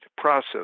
process